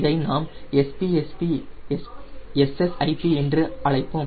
இதை நாம் SSIP என்று அழைப்போம்